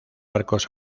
arcos